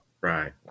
Right